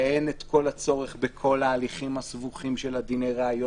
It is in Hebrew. ואין את הצורך תמיד בכל ההליכים הסבוכים של דיני הראיות,